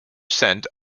cent